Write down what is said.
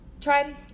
tried